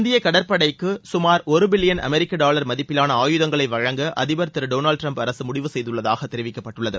இந்திய கடற்படைக்கு சுமார் ஒரு பில்லியன் அமெரிக்க டாவர் மதிப்பிலான ஆயுதங்களை வழங்க அதிபர் திரு டொனால்டு டிரம்ப் அரசு முடிவு செய்துள்ளதாக தெரிவிக்கப்பட்டுள்ளது